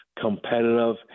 competitive